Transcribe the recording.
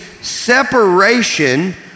separation